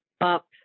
up